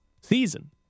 season